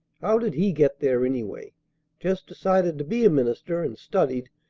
how did he get there, anyway? just decided to be a minister, and studied,